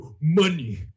Money